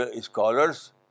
scholars